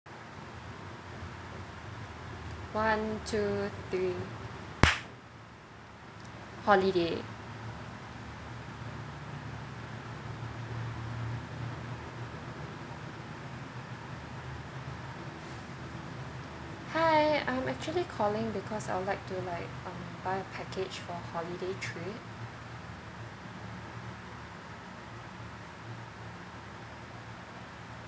one two three holiday hi I'm actually calling because I'd like to like um buy a package for holiday trip